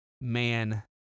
man